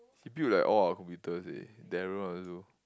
he built like all our computers eh Daryl one also